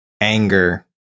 anger